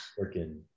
working